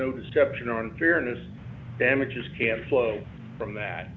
no deception on fairness damages can flow from that